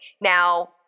Now